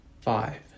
five